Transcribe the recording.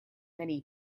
many